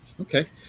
Okay